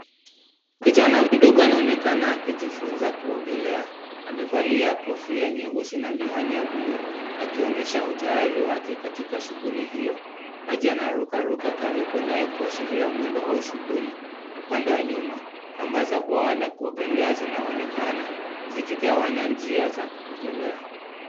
Kijana mdogo anaonekana akijifunza kuogelea amevalia kofia nyeusi na miwani ya buluu akionyesha utayari wake katika shughuli hio maji yanaruka karibu naye kuashiria mwendo wa huu shughuli upande wa nyuma kamba za bwawa la kuogelea zinaonekana zikigawanya njia za kuogelea.